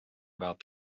about